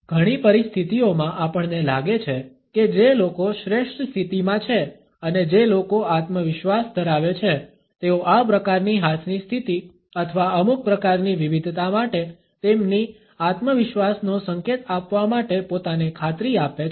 ઘણી પરિસ્થિતિઓમાં આપણને લાગે છે કે જે લોકો શ્રેષ્ઠ સ્થિતિમાં છે અને જે લોકો આત્મવિશ્વાસ ધરાવે છે તેઓ આ પ્રકારની હાથની સ્થિતિ અથવા અમુક પ્રકારની વિવિધતા માટે તેમની આત્મવિશ્વાસનો સંકેત આપવા માટે પોતાને ખાતરી આપે છે